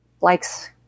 likes